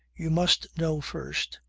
you must know first.